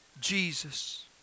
Jesus